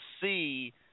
see